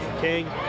king